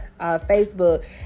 Facebook